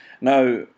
Now